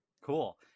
Cool